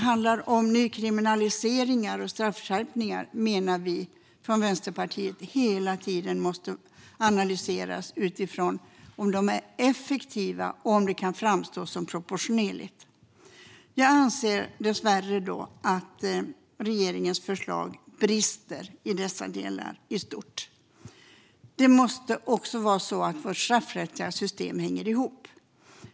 Förslag om nykriminaliseringar och straffskärpningar menar vi från Vänsterpartiet hela tiden måste analyseras utifrån om de är effektiva och om det kan framstå som proportionerligt. Jag anser att regeringens förslag dessvärre brister i dessa delar i stort. Det måste också vara så att vårt straffrättsliga system hänger ihop.